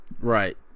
Right